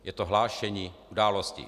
Je to hlášení události.